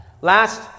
Last